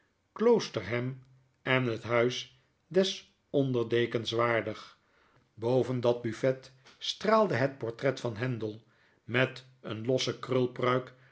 kloosterham en het huis des onderdekens waardig boven dat buffet straalde het portret van handel met een